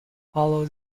follow